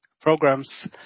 programs